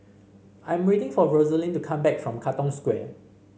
I am waiting for Rosaline to come back from Katong Square